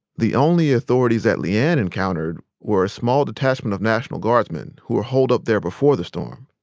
the only authorities that le-ann encountered were a small detachment of national guardsmen who were holed up there before the storm.